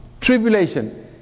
tribulation